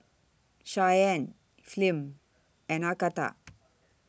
Shyann Flem and Agatha